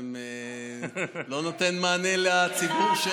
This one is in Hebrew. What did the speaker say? שלא נותן מענה לציבור,